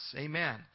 Amen